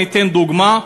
אני אתן דוגמה: